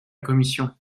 commission